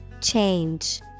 Change